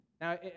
Now